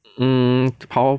mm power